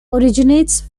originates